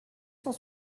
cent